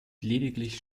lediglich